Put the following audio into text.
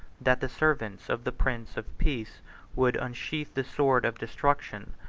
that the servants of the prince of peace would unsheathe the sword of destruction,